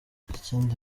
ikindi